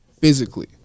physically